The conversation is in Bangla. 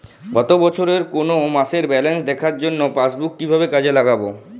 গত বছরের কোনো মাসের ব্যালেন্স দেখার জন্য পাসবুক কীভাবে কাজে লাগাব?